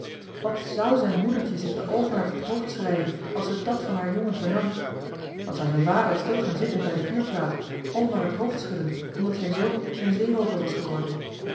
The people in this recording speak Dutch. wat zou z'n moedertje zich de oogen uit het hoofd schreien als ze dàt van haar jongen vernam wat zou zijn vader stil gaan zitten bij de vuurplaat al maar het hoofd schuddend omdat zijn zoon een zeeroover was geworden